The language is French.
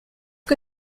que